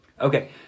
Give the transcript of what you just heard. okay